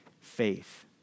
faith